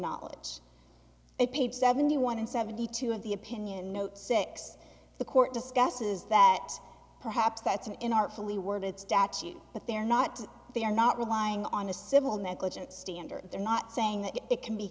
knowledge it page seventy one and seventy two of the opinion note six the court discusses that perhaps that's an in artfully worded statute but they're not they're not relying on a civil negligence standard they're not saying that it can be